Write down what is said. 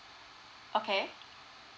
okay